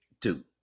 two